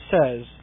says